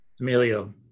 Emilio